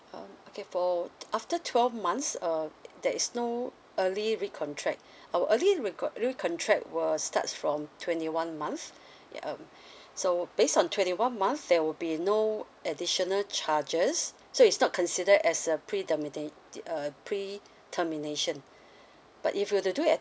um okay for after twelve months uh there is no early recontract our early recon~ recontract will start from twenty one months ya um so based on twenty one months there will be no additional charges so it's not consider as a pre termina~ the uh pre termination but if you to do at